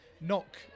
knock